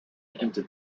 into